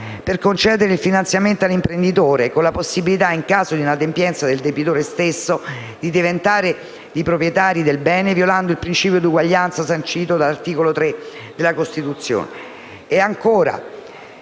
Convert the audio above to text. per concedere il finanziamento all'imprenditore, con la possibilità, in caso di inadempienza del debitore, di diventare proprietari del bene violano il principio di eguaglianza sancito dall'articolo 3 della Costituzione;